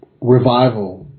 revival